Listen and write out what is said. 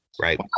Right